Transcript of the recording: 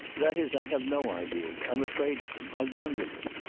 that is i have no ideas. i'm afraid of them. i've done with them.